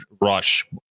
rush